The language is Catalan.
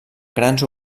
grans